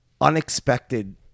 unexpected